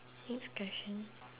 next question